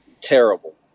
Terrible